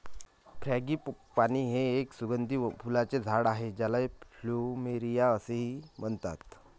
frangipani हे एक सुगंधी फुलांचे झाड आहे ज्याला प्लुमेरिया असेही म्हणतात